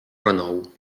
renou